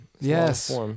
yes